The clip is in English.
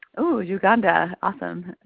uganda, awesome.